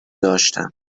داشتم